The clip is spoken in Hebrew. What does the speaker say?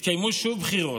התקיימו שוב בחירות,